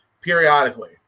periodically